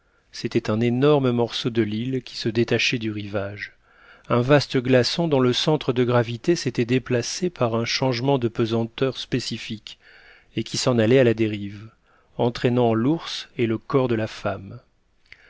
c'était un énorme morceau de l'île qui se détachait du rivage un vaste glaçon dont le centre de gravité s'était déplacé par un changement de pesanteur spécifique et qui s'en allait à la dérive entraînant l'ours et le corps de la femme